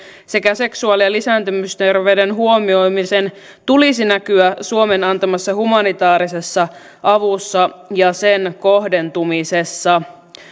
sekä seksuaali ja lisääntymisterveyden huomioimisen tulisi näkyä suomen antamassa humanitaarisessa avussa ja sen kohdentumisessa